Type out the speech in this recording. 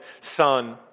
son